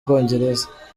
bwongereza